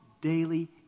daily